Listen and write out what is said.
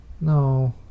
no